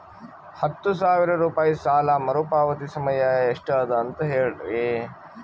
ಹತ್ತು ಸಾವಿರ ರೂಪಾಯಿ ಸಾಲ ಮರುಪಾವತಿ ಸಮಯ ಎಷ್ಟ ಅದ ಅಂತ ಹೇಳರಿ?